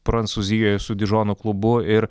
prancūzijoj su dižono klubu ir